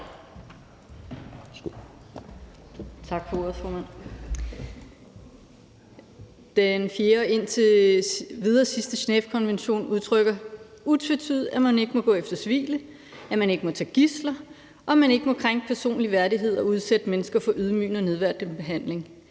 Tak for ordet, formand. Den fjerde og indtil videre sidste Genèvekonvention udtrykker utvetydigt, at man ikke må gå efter civile, at man ikke må tage gidsler, og at man ikke må krænke personlig værdighed og udsætte mennesker for ydmygende og nedværdigende behandling.